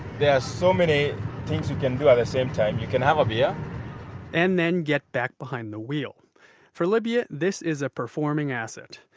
there are so many things you can do at the same time. you can have a beer and then get back behind the wheel for libya, this is a performing asset.